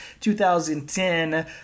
2010